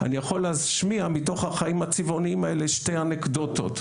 אני יכול להשמיע מתוך החיים הצבעוניים האלה שתי אנקדוטות,